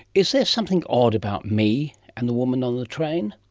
is there something odd about me and the woman on the train?